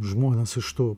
žmonės iš to